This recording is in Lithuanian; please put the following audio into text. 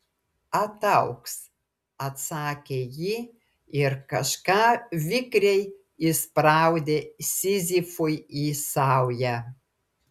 ataugs atsakė ji ir kažką vikriai įspraudė sizifui į saują